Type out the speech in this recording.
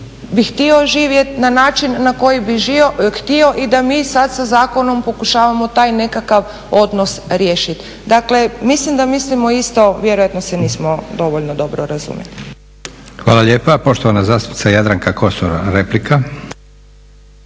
bi htio živjeti na način bi htio i da mi sada sa zakonom pokušavamo taj nekakav odnos riješiti. Dakle, mislim da mislimo isto, vjerojatno se nismo dovoljno dobro razumjeli. **Leko, Josip (SDP)** Hvala lijepa. Poštovana zastupnica Jadranka Kosor, replika.